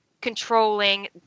controlling